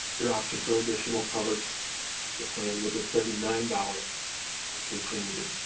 your option for additional coverage is the plan with a thirty nine dollars monthly premium.